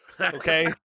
okay